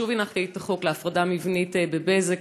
ושוב הנחתי הצעת חוק להפרדה מבנית בבזק.